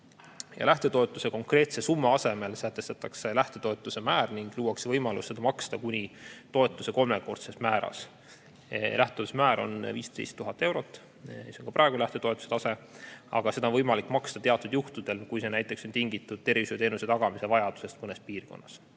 Lähtetoetuse konkreetse summa asemel sätestatakse lähtetoetuse määr ning luuakse võimalus seda maksta kuni toetuse kolmekordses määras. Lähtetoetuse määr on 15 000 eurot, see on ka praegu lähtetoetuse tase, aga seda on võimalik maksta teatud juhtudel, kui see on tingitud tervishoiuteenuse tagamise vajadusest mõnes piirkonnas.